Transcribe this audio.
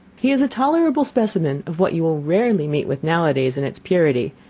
he is a tolerable specimen of what you will rarely meet with nowadays in its purity,